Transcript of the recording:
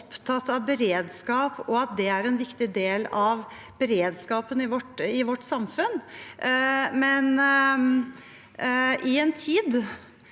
opptatt av beredskap, og at landbruket er en viktig del av beredskapen i vårt samfunn. Men i en tid